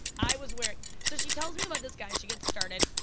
i was wearing, so she tells me about this guy, she gets started,